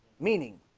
meaning